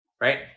right